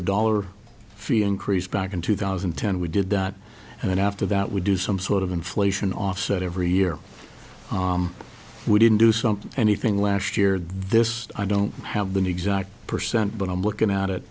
a dollar fee increase back in two thousand and ten we did that and then after that we do some sort of inflation offset every year we didn't do something anything last year this i don't have been exact percent but i'm looking at it